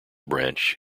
branch